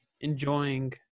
enjoying